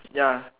ya